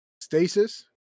stasis